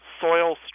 soil